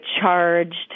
charged